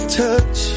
touch